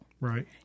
Right